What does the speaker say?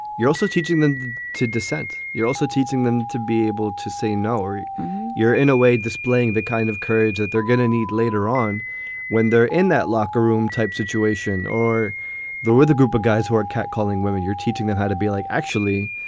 you're also teaching them to dissent. you're also teaching them to be able to say no or you're in a way displaying the kind of courage that they're going to need later on when they're in that locker room type situation or with a group of guys who are catcalling, whether you're teaching them how to be like, actually,